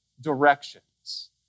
directions